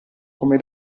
come